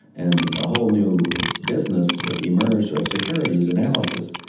and a whole new business emerged of securities analysis.